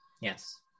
Yes